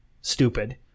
Stupid